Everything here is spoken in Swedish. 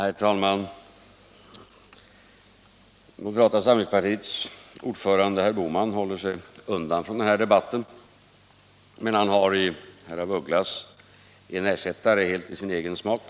Herr talman! Moderata samlingspartiets ordförande herr Bohman håller sig undan från denna debatt, men han har i herr af Ugglas en ersättare helt i sin egen smak.